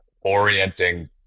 orienting